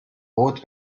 rot